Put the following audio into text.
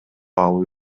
алуу